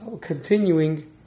Continuing